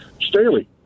Staley